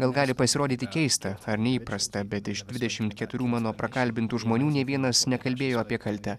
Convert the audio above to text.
gal gali pasirodyti keista ar neįprasta bet iš dvidešimt keturių mano prakalbintų žmonių nė vienas nekalbėjo apie kaltę